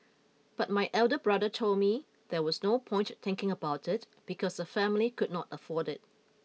but my elder brother told me there was no point thinking about it because the family could not afford it